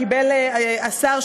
קיבל השר,